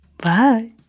Bye